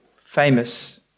famous